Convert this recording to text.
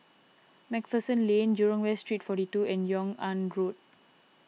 MacPherson Lane Jurong West Street forty two and Yung An Road